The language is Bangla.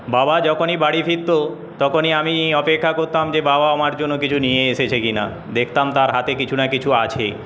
বাবা যখনই বাড়ি ফিরত তখনই আমি অপেক্ষা করতাম যে বাবা আমার জন্য কিছু নিয়ে এসেছে কিনা দেখতাম তার হাতে কিছু না কিছু আছেই